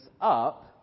up